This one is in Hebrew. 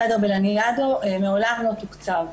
החדר בלניאדו מעולם לא תוקצב,